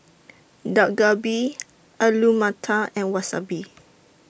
Dak Galbi Alu Matar and Wasabi